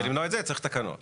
כדי למנוע את זה צריך תקנות.